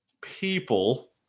people